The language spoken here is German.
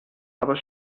aber